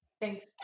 Thanks